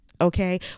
okay